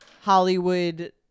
Hollywood